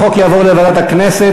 החוק יעבור לוועדת הכנסת.